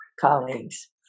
colleagues